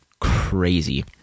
crazy